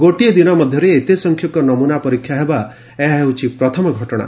ଗୋଟିଏ ଦିନ ମଧ୍ୟରେ ଏତେ ସଂଖ୍ୟକ ନମୁନା ପରୀକ୍ଷା ହେବା ଏହା ହେଉଛି ପ୍ରଥମ ଘଟଣା